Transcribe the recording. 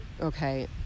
Okay